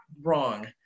wrong